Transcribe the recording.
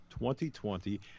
2020